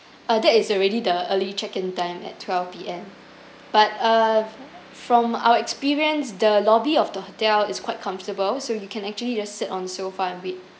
uh that is already the early check in time at twelve P_M but err from our experience the lobby of the hotel is quite comfortable so you can actually just sit on sofa and wait